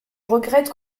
regrette